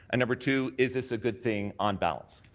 and number two is this a good thing on balance.